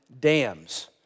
dams